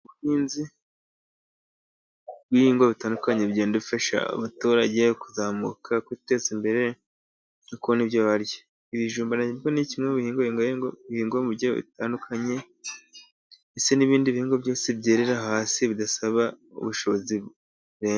Ubunzi bw'ibingwa bitandukanye bigenda ifasha abaturage kuzamuka, guteza imbere, no kubona ibyo barya. Ibijumba ni kimwe mu bihingwa bingwa ahantu hatudakanye no mu bihe bitandukanye ndetse n'ibindi bihingwa byose byera hasi bidasaba ubushobozi burenze.